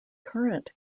current